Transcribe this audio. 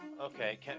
okay